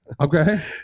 Okay